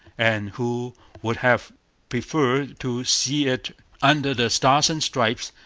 and who would have preferred to see it under the stars and stripes,